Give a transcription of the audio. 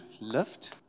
lift